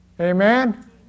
Amen